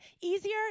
Easier